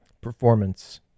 Performance